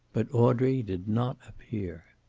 but audrey did not appear.